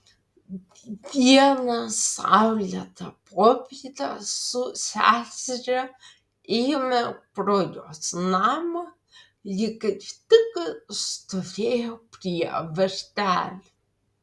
vieną saulėtą popietę su seseria ėjome pro jos namą ji kaip tik stovėjo prie vartelių